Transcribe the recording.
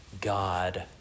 God